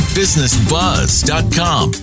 businessbuzz.com